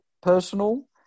personal